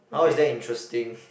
how is that interesting